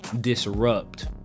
disrupt